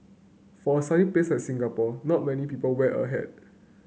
for a sunny place like Singapore not many people wear a hat